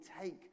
take